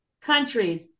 countries